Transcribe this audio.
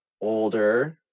older